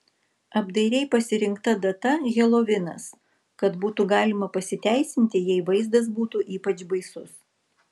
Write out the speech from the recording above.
apdairiai pasirinkta data helovinas kad būtų galima pasiteisinti jei vaizdas būtų ypač baisus